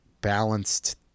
balanced